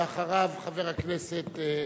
אחריו, חבר הכנסת זחאלקה.